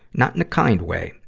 not in a kind way,